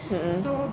mm mm